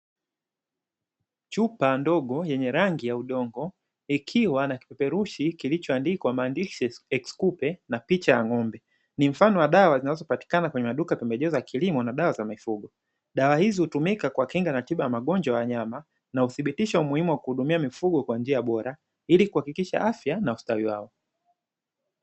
Chupa ndogo yenye rangi ya udongo ikiwa na kipeperushi kilicho andikwa maandishi "EX-KUPE" na picha ya ng'ombe. Ni mfano wa dawa zinazopatikana kwenye maduka ya pembejeo za kilimo na dawa za mifugo. Dawa hizi hutumika kwa kinga na tiba ya magonjwa ya wanyama na uthibitisho muhimu wa kuhudumia mifugo kwa njia bora ili kuhakikisha afya na ustawi wao.